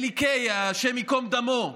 אלי קיי, השם ייקום דמו,